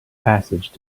passage